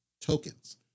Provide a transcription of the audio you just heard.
tokens